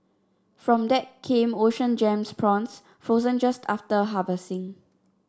from that came Ocean Gems prawns frozen just after harvesting